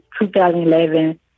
2011